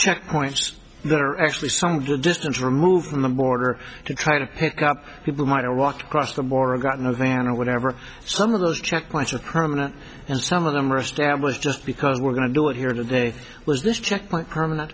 checkpoints that are actually some distance removed from the border to kind of pick up people might have walked across the border gotten a van or whatever some of those checkpoints are permanent and some of them are established just because we're going to do it here today was this checkpoint permanent